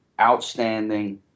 outstanding